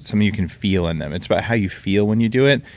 something you can feel in them. it's about how you feel when do it.